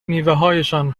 میوههایشان